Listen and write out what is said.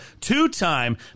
two-time